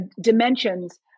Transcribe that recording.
dimensions